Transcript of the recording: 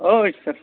ओइ सार